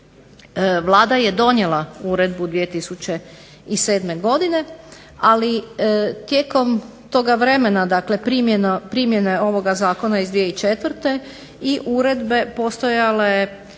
Vlada je donijela uredbu 2007. Godine ali tijekom toga vremena primjene ovog Zakona iz 2004. I uredbe postojala